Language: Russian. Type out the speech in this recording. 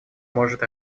может